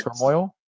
turmoil